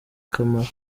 kamaro